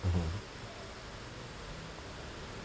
mmhmm